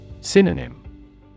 Synonym